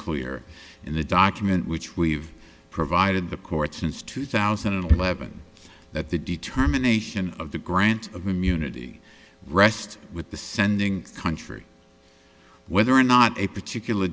clear in the document which we've provided the court since two thousand and eleven that the determination of the grant of immunity rests with the sending country whether or not a particular